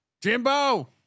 Jimbo